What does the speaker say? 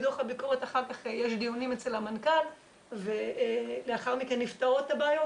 על דוח הביקורת אחר כך יש דיונים אצל המנכ"ל ולאחר מכן נפתרות הבעיות.